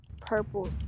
purple